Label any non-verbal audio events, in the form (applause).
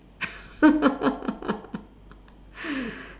(laughs)